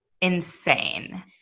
insane